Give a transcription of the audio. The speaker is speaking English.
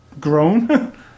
grown